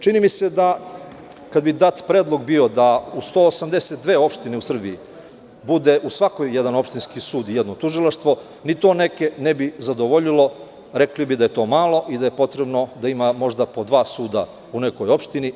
Čini mi se da kada je bio dat predlog da u 182 opštine u Srbiji bude u svakoj jedna opštinski sud, jedno tužilaštvo, ni to neke ne bi zadovoljilo, rekli bi da je to malo i da je potrebno da ima možda po dva suda u nekoj opštini.